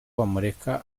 bamureka